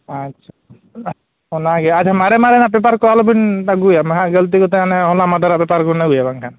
ᱟᱪᱪᱷᱟ ᱚᱱᱟᱜᱮ ᱟᱪᱪᱷᱟ ᱢᱟᱨᱮ ᱢᱟᱨᱮᱱᱟᱜ ᱯᱮᱯᱟᱨ ᱠᱚ ᱟᱞᱚᱵᱮᱱ ᱟᱹᱜᱩᱭᱟ ᱢᱟ ᱱᱟᱦᱟᱜ ᱜᱟᱹᱞᱛᱤ ᱠᱟᱛᱮ ᱦᱚᱞᱟᱼᱢᱟᱦᱫᱮᱨᱟᱜ ᱯᱮᱯᱟᱨᱵᱮᱱ ᱟᱹᱜᱩᱭᱟ ᱵᱟᱝᱠᱷᱟᱱ